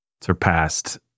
surpassed